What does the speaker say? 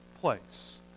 place